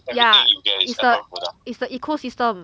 yeah is the is the ecosystem